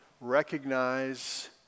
recognize